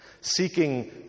seeking